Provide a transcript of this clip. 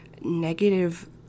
negative